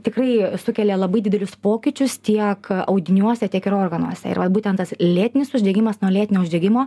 tikrai sukelia labai didelius pokyčius tiek audiniuose tiek ir organuose ir vat būtent tas lėtinis uždegimas nuo lėtinio uždegimo